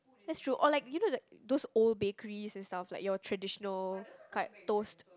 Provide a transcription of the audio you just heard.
that's true or like you know like those old bakeries and stuff like your traditional cut toast